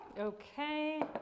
okay